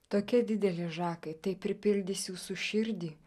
tokia dideli žakai tai pripildys jūsų širdį